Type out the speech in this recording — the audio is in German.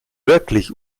wirklich